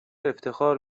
افتخار